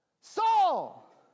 Saul